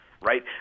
right